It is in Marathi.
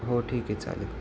हो ठीक आहे चालेल